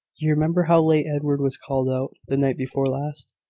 you remember how late edward was called out, the night before last?